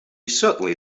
certainly